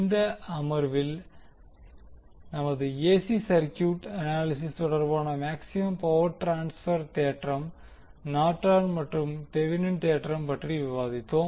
இந்த அமர்வில் எங்கள் ஏசி சர்க்யூட் அனாலிசிஸ் தொடர்பாக மேக்சிமம் பவர் ட்ரான்ஸ்பர் தேற்றம் நார்டன் மற்றும் தெவினின் தேற்றம் பற்றி விவாதித்தோம்